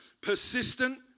persistent